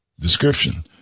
description